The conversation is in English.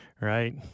Right